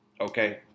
Okay